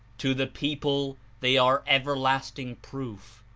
to the people they are everlasting proof,